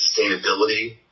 sustainability